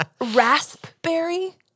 Raspberry